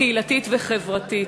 קהילתית וחברתית.